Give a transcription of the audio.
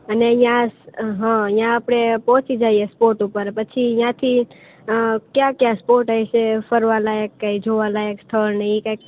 અને અહિયાં હાં યા આપણે પહોંચી જાઈએ સ્પોર્ટ્સ ઉપર પછી યા થી ક્યાં કયા સ્પોર્ટ્સ હશે ફરવા લાયક કંઈ જોવા લાયક સ્થળને એ કંઈક